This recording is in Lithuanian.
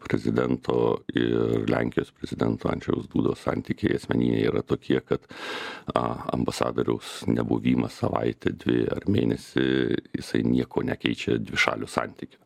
prezidento ir lenkijos prezidento andžejaus dudos santykiai asmeniniai tokie kad a ambasadoriaus nebuvimas savaitę dvi ar mėnesį jisai nieko nekeičia dvišalių santykių